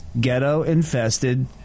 ghetto-infested